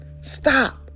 Stop